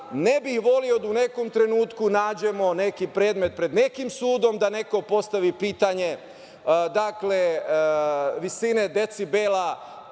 ne bih voleo da u nekom trenutku nađemo neki predmet pred nekim sudom da neko postavi pitanje visine decibela